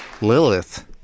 Lilith